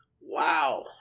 Wow